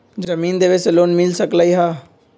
जमीन देवे से लोन मिल सकलइ ह?